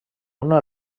una